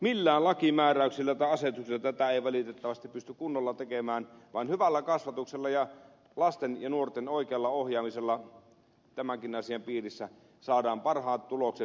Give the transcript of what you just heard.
millään lakimääräyksillä tai asetuksilla tätä ei valitettavasti pysty kunnolla tekemään vaan hyvällä kasvatuksella ja lasten ja nuorten oikealla ohjaamisella tämänkin asian piirissä saadaan parhaat tulokset